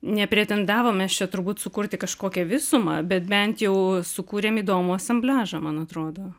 nepretendavom mes čia turbūt sukurti kažkokią visumą bet bent jau sukūrėm įdomų asambliažą man atrodo